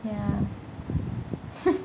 ya